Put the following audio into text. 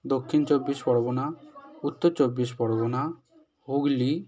দক্ষিণ চব্বিশ পরগনা উত্তর চব্বিশ পরগনা হুগলি